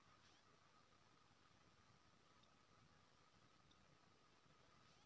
बेटीक पढ़ाउ तखने नीक वित्त संस्थान मे नौकरी भेटत